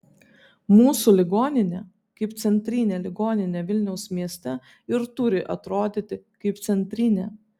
mūsų ligoninė kaip centrinė ligoninė vilniaus mieste ir turi atrodyti kaip centrinė